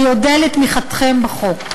אני אודה על תמיכתכם בחוק.